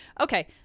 okay